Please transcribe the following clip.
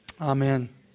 Amen